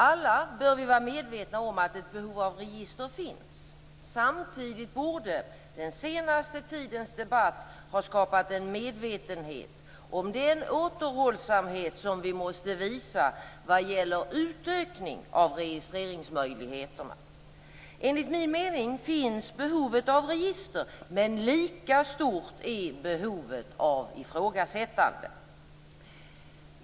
Alla bör vi vara medvetna om att ett behov av register finns. Samtidigt borde den senaste tidens debatt ha skapat en medvetenhet om den återhållsamhet som vi måste visa vad gäller utökning av registreringsmöjligheterna. Enligt min mening finns behovet av register, men lika stort är behovet av ifrågasättande.